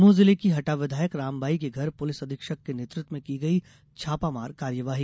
दमोह जिले की हटा विधायक राम बाई के घर पुलिस अधीक्षक के नेतृत्व में की गई छापामार कार्यवाही